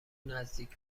نزدیک